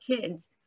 kids